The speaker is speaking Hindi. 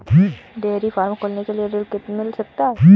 डेयरी फार्म खोलने के लिए ऋण मिल सकता है?